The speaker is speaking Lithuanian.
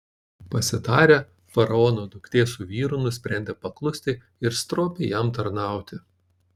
pasitarę faraono duktė su vyru nusprendė paklusti ir stropiai jam tarnauti